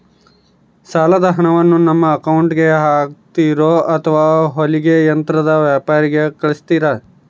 ಸಾಲದ ಹಣವನ್ನು ನಮ್ಮ ಅಕೌಂಟಿಗೆ ಹಾಕ್ತಿರೋ ಅಥವಾ ಹೊಲಿಗೆ ಯಂತ್ರದ ವ್ಯಾಪಾರಿಗೆ ಕಳಿಸ್ತಿರಾ?